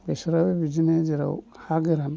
बेसराबो बिदिनो जेराव हा गोरान